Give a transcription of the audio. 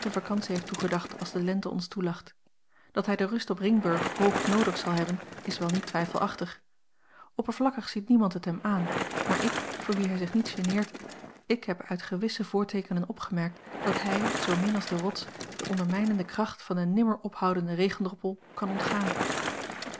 vacantie heeft toegedacht als de lente ons toelacht dat hij de rust op ringburg hoog noodig zal hebben is wel niet twijfelachtig oppervlakkig ziet niemand het hem aan maar ik voor wie hij zich niet geneert ik heb uit gewisse voorteekenen opgemerkt dat hij zoomin als de rots de ondermijnende kracht van den nimmer ophoudenden regendroppel kan ontgaan